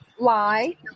lie